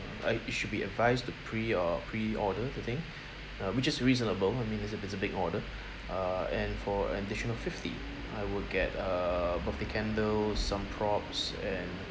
I it should be advised to pre uh pre-order the thing uh which is reasonable I mean it's a it's a big order err and for an additional fifty I would get err birthday candles some props and